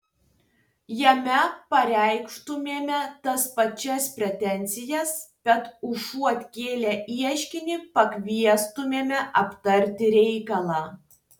jame pareikštumėme tas pačias pretenzijas bet užuot kėlę ieškinį pakviestumėme aptarti reikalą